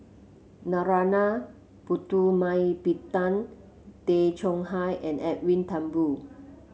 Narana Putumaippittan Tay Chong Hai and Edwin Thumboo